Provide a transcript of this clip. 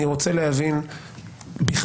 אני רוצה להבין בכלל,